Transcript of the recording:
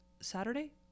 saturday